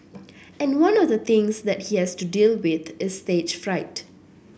and one of the things that he has to deal with is stage fright